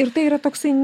ir tai yra toksai